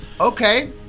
Okay